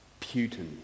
Putin